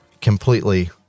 completely